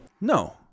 No